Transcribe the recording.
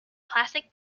plastic